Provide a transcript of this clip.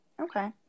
Okay